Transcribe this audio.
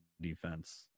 defense